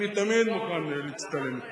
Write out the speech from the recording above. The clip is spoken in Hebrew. אני תמיד מוכן להצטלם.